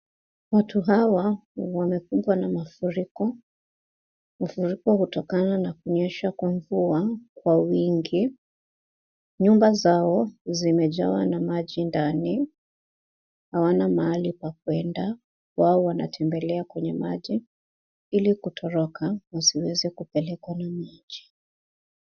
Watu hawa wamekumbwa na mafuriko . Mafuriko hutokana na kunyesha kwa mvua kwa wingi. Nyumba zao zimejawa na maji ndani. Hawana mahali pa kuenda. Wao wanatembelea kwenye maji ili kutoroka wasiweze kupelekwa na maji.